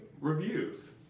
reviews